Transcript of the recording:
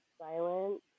silent